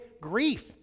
grief